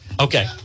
okay